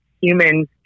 humans